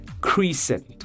crescent